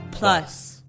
Plus